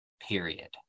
period